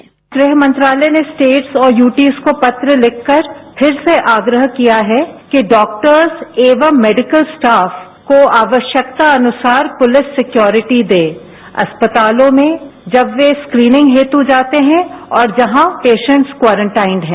sound bite गृह मंत्रालय ने स्टेट्स और यूटीज को पत्र लिखकर फिर से आग्रह किया है कि डॉक्टर एवं मेडिकल स्टाफ को आवश्यकता अनुसार पुलिस सिक्योरिटी दे अस्पतालों में जब वे स्क्रीनिंग हेतु जाते हैं और जहां पेसेंट क्वारटाइन हैं